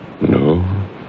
No